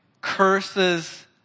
curses